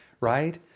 right